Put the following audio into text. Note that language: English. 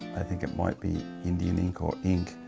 i think it might be indian ink or ink,